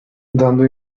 dando